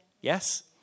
Yes